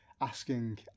asking